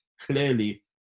clearly